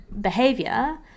behavior